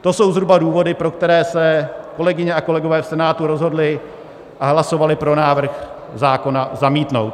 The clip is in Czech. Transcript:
To jsou zhruba důvody, pro které se kolegyně a kolegové Senátu rozhodli a hlasovali pro návrh zákona zamítnout.